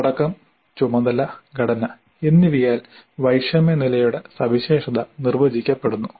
ഉള്ളടക്കം ചുമതല ഘടന എന്നിവയാൽ വൈഷമ്യ നിലയുടെ സവിശേഷത നിർവ്വചിക്കപ്പെടുന്നു